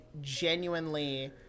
genuinely